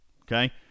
Okay